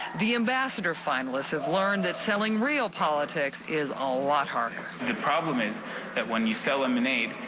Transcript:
the ambassador finalists have learned that selling real politics is a lot harder. the problem is that when you sell lemonade,